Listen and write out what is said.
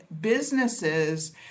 businesses